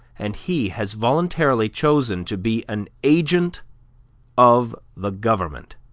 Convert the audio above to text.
and he has voluntarily chosen to be an agent of the government.